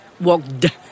Walked